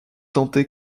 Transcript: tenté